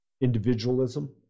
individualism